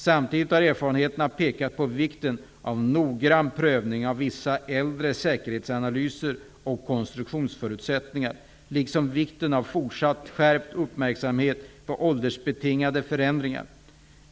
Samtidigt har erfarenheterna pekat på vikten av en noggrann prövning av vissa äldre säkerhetsanalyser och konstruktionsförutsättningar, liksom vikten av fortsatt skärpt uppmärksamhet på åldersbetingade förändringar.